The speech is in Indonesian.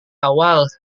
awal